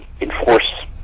enforce